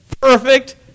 perfect